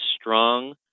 strong